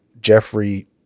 Jeffrey